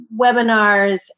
webinars